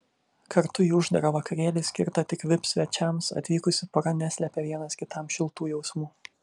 kartu į uždarą vakarėlį skirtą tik vip svečiams atvykusi pora neslėpė vienas kitam šiltų jausmų